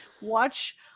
Watch